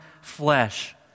flesh